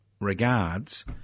regards